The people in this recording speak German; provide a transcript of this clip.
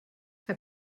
herr